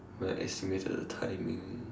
then I estimated the timing